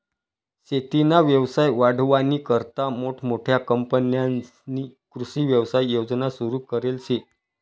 शेतीना व्यवसाय वाढावानीकरता मोठमोठ्या कंपन्यांस्नी कृषी व्यवसाय योजना सुरु करेल शे